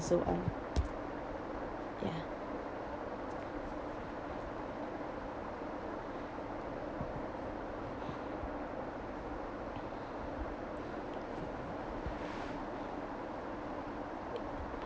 so on ya